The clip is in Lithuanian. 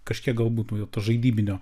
kažkiek gal būtų jau to žaidybinio